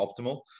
optimal